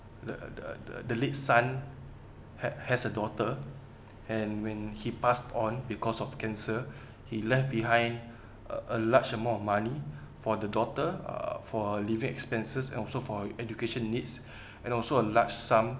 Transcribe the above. the the the the late son had has a daughter and when he passed on because of cancer he left behind a a large amount of money for the daughter uh for living expenses and also for education needs and also a large sum